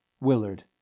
Willard